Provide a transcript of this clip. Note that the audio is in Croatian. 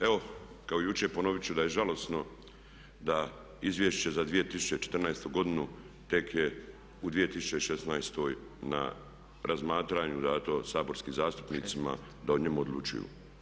Evo, kao jučer ponoviti ću da je žalosno da Izvješće za 2014. godinu tek je u 2016. na razmatranju dano saborskim zastupnicima da o njemu odlučuju.